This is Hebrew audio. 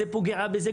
מתי זה פוגש בזה,